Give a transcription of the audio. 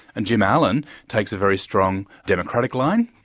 and jim allen takes a very strong democratic line,